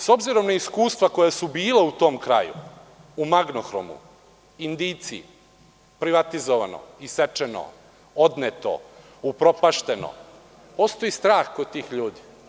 S obzirom na iskustva koja su bila u tom kraju, u „Magnohromu“, Indijci, privatizovano, isečeno, odneto, upropašćeno, postoji strah kod tih ljudi.